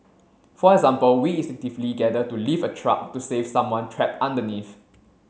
for example we instinctively gather to lift a truck to save someone trapped underneath